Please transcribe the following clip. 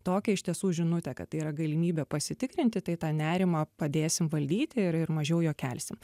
tokią iš tiesų žinutę kad tai yra galimybė pasitikrinti tai tą nerimą padėsim valdyti ir mažiau jo kelsim